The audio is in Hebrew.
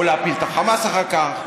להפיל את החמאס אחר כך,